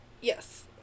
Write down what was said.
Yes